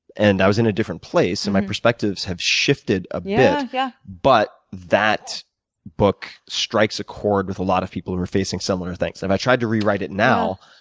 and i was in a different place and my perspectives have shifted a bit. yeah yeah but that book strikes a cord with a lot of people who are facing similar things. if i tried to rewrite it now,